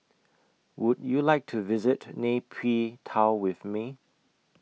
Would YOU like to visit Nay Pyi Taw with Me